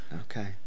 Okay